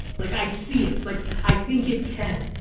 like i see it, like i think it can.